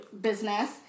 business